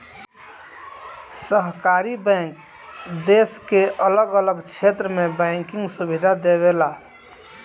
सहकारी बैंक देश के अलग अलग क्षेत्र में बैंकिंग सुविधा देवेला